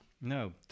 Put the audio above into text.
no